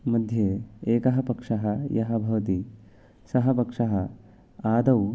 मध्ये एकः पक्षः यः भवति सः पक्षः आदौ